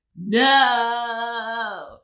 no